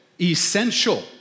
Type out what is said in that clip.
essential